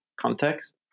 context